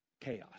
Chaos